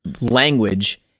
language